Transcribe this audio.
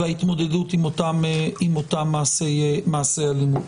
וההתמודדות עם אותם מעשי אלימות.